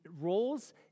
roles